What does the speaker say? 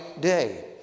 day